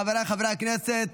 חבריי חברי הכנסת,